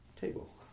table